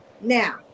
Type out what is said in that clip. Now